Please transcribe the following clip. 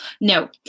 No